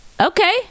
okay